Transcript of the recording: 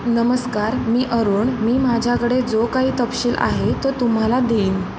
नमस्कार मी अरुण मी माझ्याकडे जो काही तपशील आहे तो तुम्हाला देईन